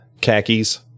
khakis